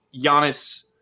Giannis